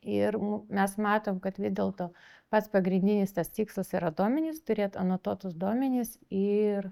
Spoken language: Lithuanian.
ir mes matom kad vis dėlto pats pagrindinis tas tikslas yra duomenys turėt anotuotus duomenis ir